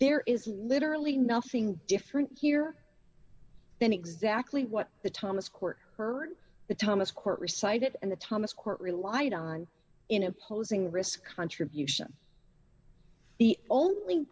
there is literally nothing different here than exactly what the thomas court heard the thomas court decided and the thomas court relied on in opposing risk contribution the only